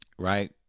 Right